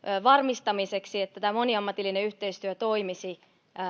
varmistamiseksi että tämä moniammatillinen yhteistyö toimisi